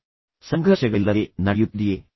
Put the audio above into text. ಇದು ಯಾವುದೇ ಸಂಘರ್ಷಗಳಿಲ್ಲದೆ ನಡೆಯುತ್ತಿದಿಯೇ